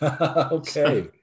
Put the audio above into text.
okay